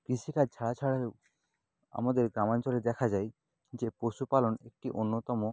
কৃষিকাজ ছাড়া ছাড়া আমাদের গ্রামাঞ্চলে দেখা যায় যে পশুপালন একটি অন্যতম